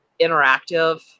interactive